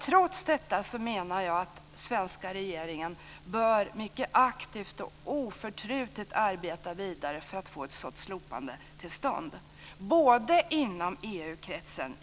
Trots detta menar jag att den svenska regeringen aktivt och oförtrutet bör arbeta vidare för att få ett slopande av vetorätten till stånd, både inom EU kretsen